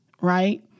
right